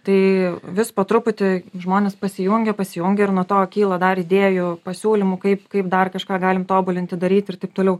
tai vis po truputį žmonės pasijungia pasijungia ir nuo to kyla dar idėjų pasiūlymų kaip kaip dar kažką galim tobulinti daryti ir taip toliau